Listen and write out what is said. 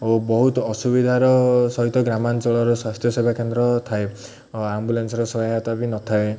ଓ ବହୁତ ଅସୁବିଧାର ସହିତ ଗ୍ରାମାଞ୍ଚଳର ସ୍ୱାସ୍ଥ୍ୟ ସେବା କେନ୍ଦ୍ର ଥାଏ ଆମ୍ବୁଲାନ୍ସର ସହାୟତା ବି ନ ଥାଏ